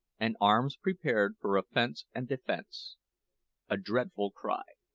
and arms prepared for offence and defence a dreadful cry.